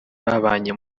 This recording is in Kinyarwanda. babanye